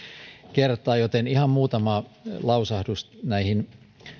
kertaa joten ihan muutama lausahdus näihin